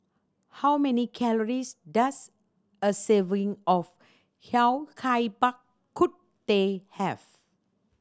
how many calories does a serving of Yao Cai Bak Kut Teh have